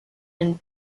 and